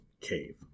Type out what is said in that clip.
cave